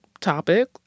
topic